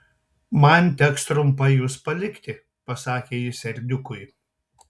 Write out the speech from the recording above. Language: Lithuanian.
man teks trumpai jus palikti pasakė jis serdiukui